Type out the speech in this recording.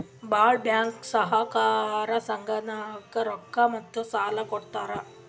ಭಾಳ್ ಬ್ಯಾಂಕ್ ಸಹಕಾರ ಸಂಘನಾಗ್ ರೊಕ್ಕಾ ಮತ್ತ ಸಾಲಾ ಕೊಡ್ತಾರ್